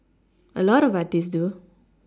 a lot of artists do